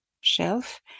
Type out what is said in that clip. shelf